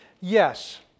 yes